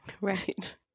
Right